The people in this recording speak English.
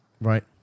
right